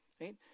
right